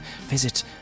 visit